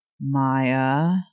Maya